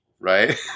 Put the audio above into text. Right